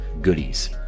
goodies